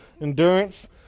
Endurance